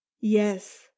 yes